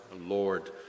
Lord